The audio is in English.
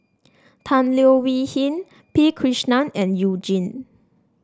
Tan Leo Wee Hin P Krishnan and You Jin